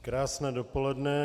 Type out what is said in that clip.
Krásné dopoledne.